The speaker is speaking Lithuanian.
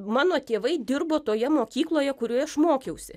mano tėvai dirbo toje mokykloje kurioje aš mokiausi